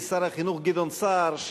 שר החינוך גדעון סער,